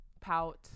Pout